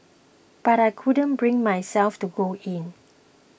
but I couldn't bring myself to go in